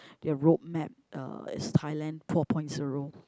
their route map uh as Thailand four point zero